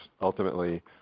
ultimately